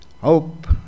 hope